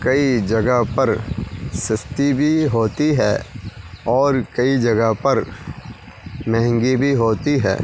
کئی جگہ پر سستی بھی ہوتی ہے اور کئی جگہ پر مہنگی بھی ہوتی ہے